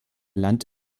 land